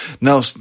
no